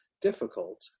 difficult